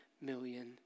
million